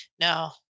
No